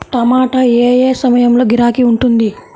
టమాటా ఏ ఏ సమయంలో గిరాకీ ఉంటుంది?